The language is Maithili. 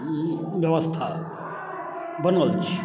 बेबस्था बनल छै